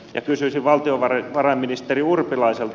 ja kysyisin valtiovarainministeri urpilaiselta